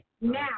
now